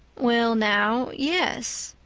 well now, yes.